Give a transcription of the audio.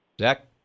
Zach